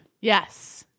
Yes